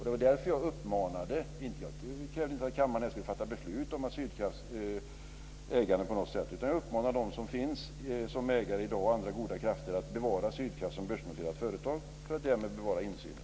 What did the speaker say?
Det var därför som jag inte uppmanade kammaren att på något sätt fatta beslut om Sydkrafts ägande utan uppmanade dagens ägare att bevara Sydkraft som börsnoterat företag för att därmed bevara insynen.